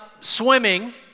swimming